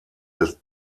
des